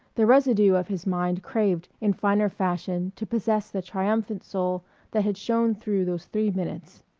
the residue of his mind craved in finer fashion to possess the triumphant soul that had shone through those three minutes.